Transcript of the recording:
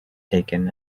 taken